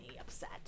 upset